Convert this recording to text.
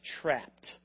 trapped